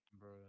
Bro